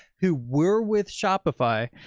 who were with shopify,